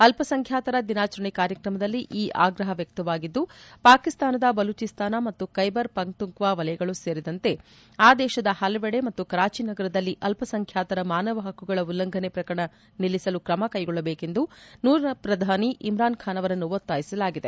ಅಲ್ಪಸಂಖ್ಯಾತರ ದಿನಾಚರಣೆ ಕಾರ್ಯಕ್ರಮದಲ್ಲಿ ಈ ಆಗ್ರಹ ವ್ಯಕ್ತವಾಗಿದ್ದು ಪಾಕಿಸ್ತಾನದ ಬಲೂಚಿಸ್ತಾನ ಮತ್ತು ಕೈಬರ್ ಪಕ್ತುಂಕ್ವಾ ವಲಯಗಳೂ ಸೇರಿದಂತೆ ಆ ದೇಶದ ಹಲವೆಡೆ ಮತ್ತು ಕರಾಚಿ ನಗರದಲ್ಲಿ ಅಲ್ಪಸಂಖ್ಯಾತರ ಮಾನವ ಹಕ್ಕುಗಳ ಉಲ್ಲಂಘನೆ ಪ್ರಕರಣಗಳನ್ನು ನಿಲ್ಲಿಸಲು ಕ್ರಮ ಕ್ವೆಗೊಳ್ಳಬೇಕೆಂದು ನೂತನ ಪ್ರಧಾನಿ ಇಮ್ರಾನ್ ಖಾನ್ ಅವರನ್ನು ಒತ್ತಾಯಿಸಲಾಗಿದೆ